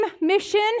mission